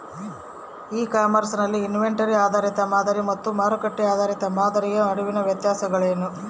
E commerce ನಲ್ಲಿ inventory ಆಧಾರಿತ ಮಾದರಿ ಮತ್ತು ಮಾರುಕಟ್ಟೆ ಆಧಾರಿತ ಮಾದರಿಯ ನಡುವಿನ ವ್ಯತ್ಯಾಸಗಳೇನು?